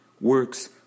works